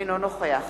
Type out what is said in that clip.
אינו נוכח